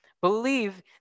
believe